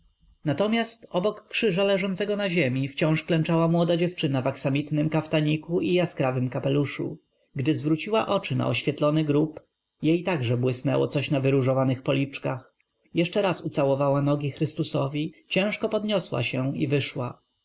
natomiast obok krzyża leżącego na ziemi wciąż klęczała młoda dziewczyna w aksamitnym kaftaniku i jaskrawym kapeluszu gdy zwróciła oczy na oświetlony grób jej także błysnęło coś na wyróżowanych policzkach jeszcze raz ucałowała nogi chrystusowi ciężko podniosła się i wyszła